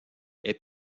est